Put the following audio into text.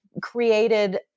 created